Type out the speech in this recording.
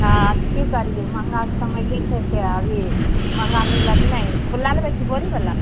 हाँ तऽ की करियै महँगा कऽ समए छै से अभी महँगा मिलत नहि खुल्ला लेबै कि बोरी बला